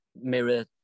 mirror